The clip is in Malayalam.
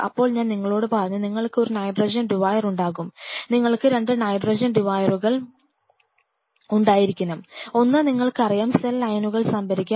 അപ്പോൾ ഞാൻ നിങ്ങളോട് പറഞ്ഞു നിങ്ങൾക്ക് ഒരു നൈട്രജൻ ഡിവെയർ ഉണ്ടാകും നിങ്ങൾക്ക് 2 നൈട്രജൻ ഡൈവറുകൾ ഉണ്ടായിരിക്കണം ഒന്ന് നിങ്ങൾക്കറിയാം സെൽ ലൈനുകൾ സംഭരിക്കാൻ